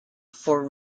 for